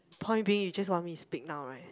point being you just want me to speak now right